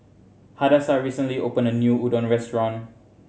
Hadassah recently opened a new Udon restaurant